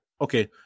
okay